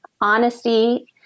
Honesty